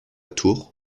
tour